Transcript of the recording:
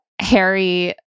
Harry